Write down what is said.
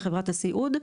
לחברת הסיעוד,